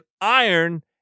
iron